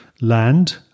land